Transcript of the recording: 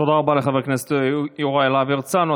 תודה רבה לחבר הכנסת יוראי להב הרצנו.